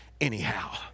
anyhow